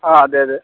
ആ അതെ അതെ